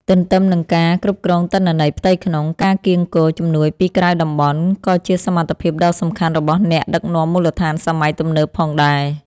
ទន្ទឹមនឹងការគ្រប់គ្រងទិន្នន័យផ្ទៃក្នុង ការកៀងគរជំនួយពីក្រៅតំបន់ ក៏ជាសមត្ថភាពដ៏សំខាន់របស់អ្នកដឹកនាំមូលដ្ឋានសម័យទំនើបផងដែរ។